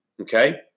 Okay